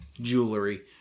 jewelry